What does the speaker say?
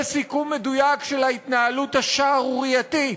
זה סיכום מדויק של ההתנהלות השערורייתית